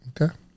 Okay